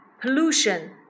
pollution